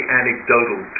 anecdotal